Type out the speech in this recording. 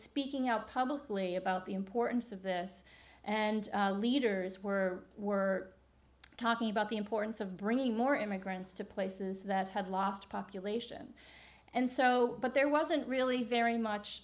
speaking out publicly about the importance of this and leaders were were talking about the importance of bringing more immigrants to places that had lost population and so but there wasn't really very much